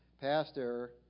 Pastor